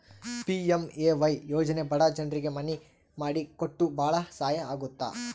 PMAY ಯೋಜನೆ ಬಡ ಜನ್ರಿಗೆ ಮನೆ ಮಾಡಿ ಕೊಟ್ಟು ಭಾಳ ಸಹಾಯ ಆಗುತ್ತ